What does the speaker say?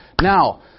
now